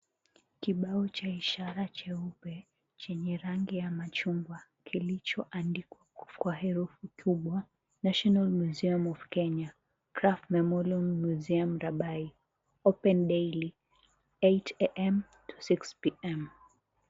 Kibao cha ishara cheupe, chenye rangi ya machungwa, kilichoandikwa kwa herufi kubwa National Museum of Kenya, Krapf Memorial Museum Rabai open daily 8am to 6pm .